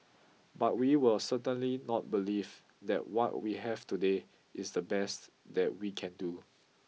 but we will certainly not believe that what we have today is the best that we can do